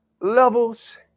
levels